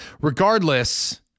Regardless